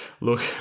look